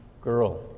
girl